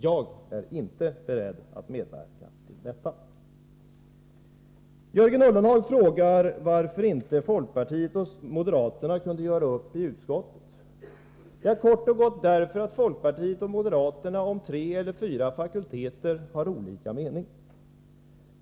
Jag är inte beredd att medverka till detta. Jörgen Ullenhag frågar varför inte folkpartiet och moderaterna kunde göra upp i utskottet. Det var kort och gott därför att folkpartiet och moderaterna har olika mening om tre eller fyra fakulteter.